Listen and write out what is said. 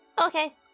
Okay